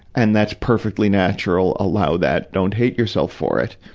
and that's perfectly natural. allow that don't hate yourself for it.